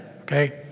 okay